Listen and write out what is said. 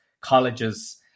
colleges